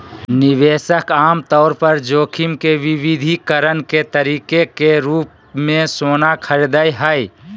निवेशक आमतौर पर जोखिम के विविधीकरण के तरीके के रूप मे सोना खरीदय हय